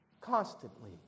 constantly